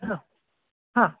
हां हां